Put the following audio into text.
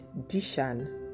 Dishan